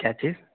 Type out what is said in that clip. کیا چیز